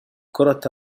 كرة